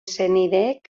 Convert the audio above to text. senideek